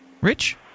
Rich